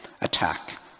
attack